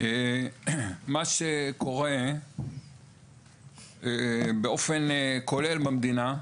מה שקורה באופן כולל במדינה,